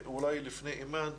אולי לפני אימאן,